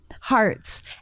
Hearts